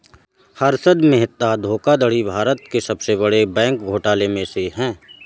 हर्षद मेहता धोखाधड़ी भारत के सबसे बड़े बैंक घोटालों में से है